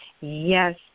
Yes